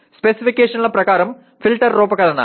స్పెసిఫికేషన్ల ప్రకారం ఫిల్టర్ రూపకల్పన